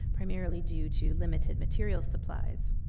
primarily due to limited material supplies.